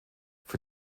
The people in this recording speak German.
für